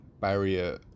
barrier